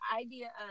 idea